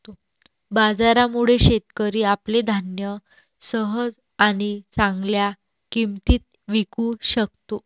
बाजारामुळे, शेतकरी आपले धान्य सहज आणि चांगल्या किंमतीत विकू शकतो